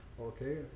okay